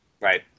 Right